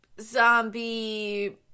zombie